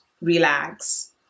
relax